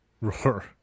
Roar